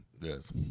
yes